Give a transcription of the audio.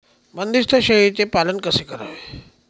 बंदिस्त शेळीचे पालन कसे करावे?